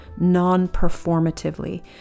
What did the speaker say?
non-performatively